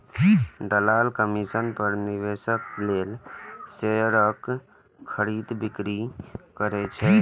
दलाल कमीशन पर निवेशक लेल शेयरक खरीद, बिक्री करै छै